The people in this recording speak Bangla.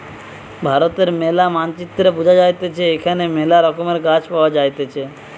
ভারতের ম্যালা মানচিত্রে বুঝা যাইতেছে এখানে মেলা রকমের গাছ পাওয়া যাইতেছে